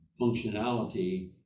functionality